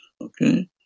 Okay